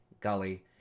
Gully